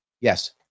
Yes